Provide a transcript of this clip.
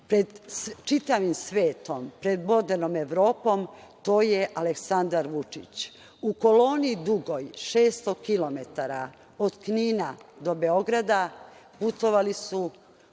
pred čitavim svetom, pred modernom Evropom, to je Aleksandar Vučić. U koloni dugoj 600 km od Knina do Beograda putovali su